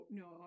no